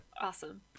Awesome